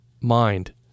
mind